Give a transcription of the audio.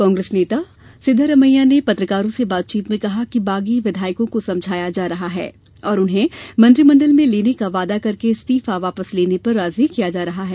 कांग्रेस नेता सिद्धरमैया ने पत्रकारों से बातचीत में कहा कि बागी विधायकों को समझाया जा रहा है और उन्हें मंत्रिमंडल में लेने का वादा करके इस्तीफा वापिस लेने पर राजी किया जा रहा है